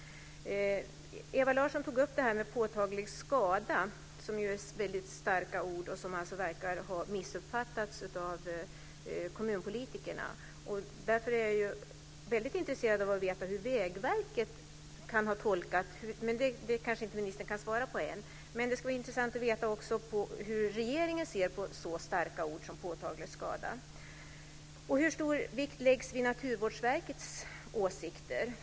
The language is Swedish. Ewa Larsson tog upp det här med "påtaglig skada", som ju är starka ord och som verkar ha missuppfattats av kommunpolitikerna. Därför är jag intresserad av att veta hur Vägverket kan ha tolkat det, men ministern kanske inte kan svara på det än. Det skulle också vara intressant att veta hur regeringen ser på så starka ord som "påtaglig skada". Hur stor vikt läggs vid Naturvårdsverkets åsikter?